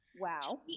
Wow